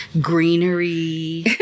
greenery